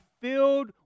filled